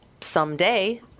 someday